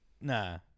nah